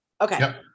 Okay